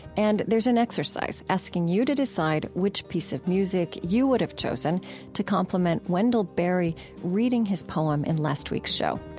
and there's an exercise, asking you to decide which piece of music you would have chosen to complement wendell berry reading his poem in last week's show.